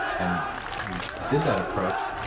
and we did that approach,